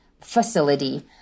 facility